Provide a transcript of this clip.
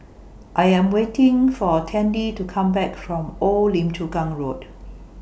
I Am waiting For Tandy to Come Back from Old Lim Chu Kang Road